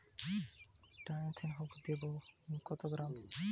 ডিস্মেলে কত gram Dithane দেবো?